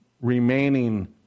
remaining